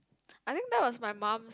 I think that was my mum